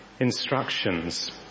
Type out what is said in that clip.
instructions